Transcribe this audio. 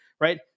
right